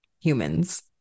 humans